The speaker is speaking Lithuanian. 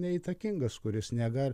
neįtakingas kuris negali